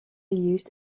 used